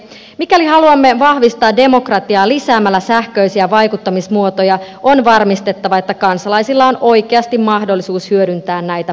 mikäli haluamme vahvistaa demokratiaa lisäämällä sähköisiä vaikuttamismuotoja on varmistettava että kansalaisilla on oikeasti mahdollisuus hyödyntää näitä palveluja